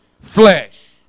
flesh